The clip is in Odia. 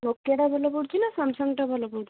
ନୋକିଆଟା ଭଲ ପଡ଼ୁଛି ନା ସାମସଙ୍ଗ୍ଟା ଭଲ ପଡ଼ୁଛି